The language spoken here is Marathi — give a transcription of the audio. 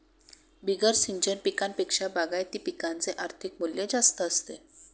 बिगर सिंचन पिकांपेक्षा बागायती पिकांचे आर्थिक मूल्य जास्त असते